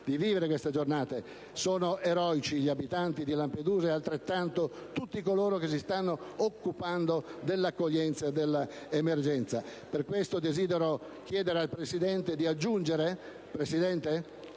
di vivere queste giornate; sono eroici i suoi abitanti, e lo sono tutti coloro che si stanno occupando dell'accoglienza e dell'emergenza. Per questo, desidero chiedere al Presidente di aggiungere la mia